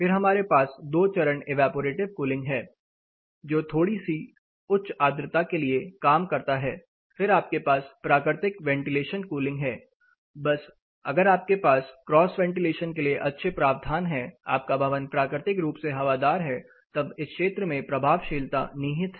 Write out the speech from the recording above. फिर हमारे पास दो चरण ईवैपोरेटिव कूलिंग है जो थोड़ी सी उच्च आद्रता के लिए काम करता है फिर आपके पास प्राकृतिक वेंटिलेशन कूलिंग है बस अगर आपके पास क्रॉस वेंटिलेशन के लिए अच्छे प्रावधान है आपका भवन प्राकृतिक रूप से हवादार है तब इस क्षेत्र में प्रभावशीलता निहित है